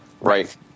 right